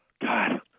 God